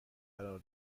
قرار